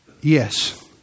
yes